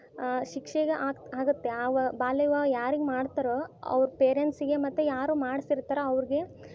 ಶಿಕ್ಷೆಗೆ ಆಗಿ ಆಗುತ್ತೆ ಆ ಬಾಲ್ಯ ವಿವಾಹ ಯಾರಿಗೆ ಮಾಡ್ತಾರೋ ಅವ್ರ ಪೇರೆಂಟ್ಸಿಗೆ ಮತ್ತು ಯಾರು ಮಾಡಿಸಿರ್ತರೊ ಅವ್ರಿಗೆ